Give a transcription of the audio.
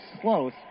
Close